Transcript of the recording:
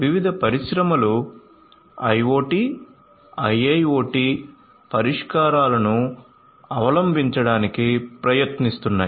వివిధ పరిశ్రమలు IoT IIoT పరిష్కారాలను అవలంబించడానికి ప్రయత్నిస్తున్నాయి